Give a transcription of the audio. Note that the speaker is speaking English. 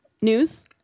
news